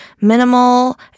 minimal